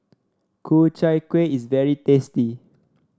Ku Chai Kueh is very tasty